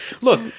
Look